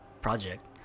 project